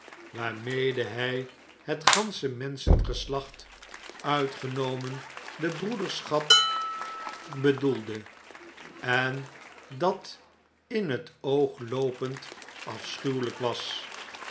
waarmede hij het gansche menschengeslacht uitgenomen de broederschap bedoelde en dat in het oog loopend afschuwelp was